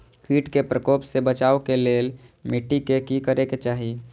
किट के प्रकोप से बचाव के लेल मिटी के कि करे के चाही?